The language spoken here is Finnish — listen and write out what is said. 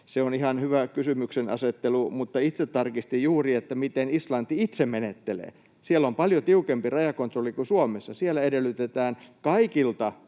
Se on ihan hyvä kysymyksenasettelu, mutta itse tarkistin juuri, miten Islanti itse menettelee. Siellä on paljon tiukempi rajakontrolli kuin Suomessa. Siellä edellytetään kaikilta,